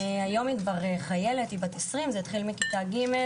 זה התחיל בכיתה ג',